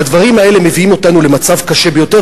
והדברים האלה מביאים אותנו למצב קשה ביותר,